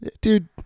dude